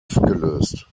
gelöst